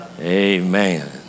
Amen